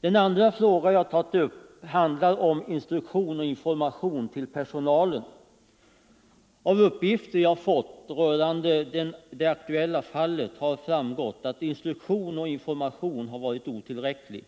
Den andra frågan jag tagit upp handlar om instruktion och information till personalen. Av de uppgifter jag fått rörande det aktuella fallet har det framgått att instruktion och information varit otillräckliga.